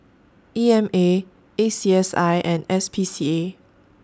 E M A A C S I and S P C A